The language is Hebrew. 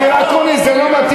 אופיר אקוניס, זה לא מתאים.